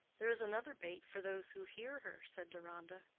there is another bait for those who hear her, said deronda.